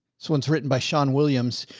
so one's written by sean williams.